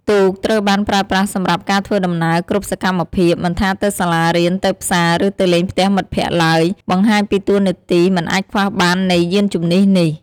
ទូកត្រូវបានប្រើប្រាស់សម្រាប់ការធ្វើដំណើរគ្រប់សកម្មភាព មិនថាទៅសាលារៀន ទៅផ្សារ ឬទៅលេងផ្ទះមិត្តភក្តិឡើយ បង្ហាញពីតួនាទីមិនអាចខ្វះបាននៃយានជំនិះនេះ។